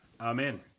Amen